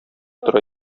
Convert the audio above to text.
тора